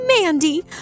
Mandy